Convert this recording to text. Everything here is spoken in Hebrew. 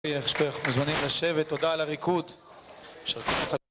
שכויח, מוזמנים לשבת, תודה על הריקוד